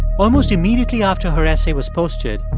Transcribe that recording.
almost immediately after her essay was posted,